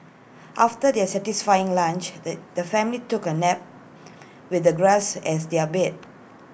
after their satisfying lunch the the family took A nap with the grass as their bed